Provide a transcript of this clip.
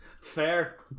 Fair